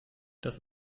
das